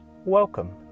Welcome